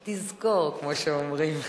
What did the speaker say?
תזכור, כמו שאומרים.